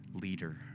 leader